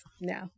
No